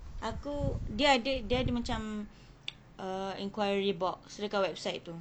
aku dia ada dia ada dia macam err inquiry box dekat website tu